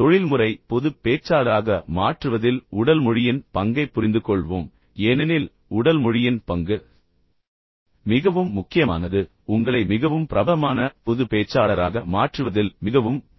தொழில்முறை பொது பேச்சாளராக மாற்றுவதில் உடல் மொழியின் பங்கைப் புரிந்துகொள்வோம் ஏனெனில் உடல் மொழியின் பங்கு மிகவும் முக்கியமானது உங்களை மிகவும் பிரபலமான பொது பேச்சாளராக மாற்றுவதில் மிகவும் முக்கியமானது